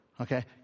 Okay